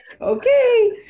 okay